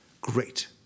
great